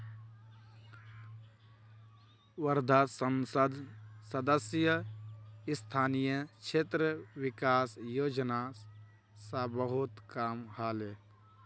वर्धात संसद सदस्य स्थानीय क्षेत्र विकास योजना स बहुत काम ह ले